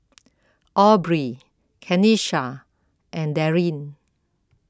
Aubrie Kenisha and Daryn